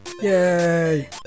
Yay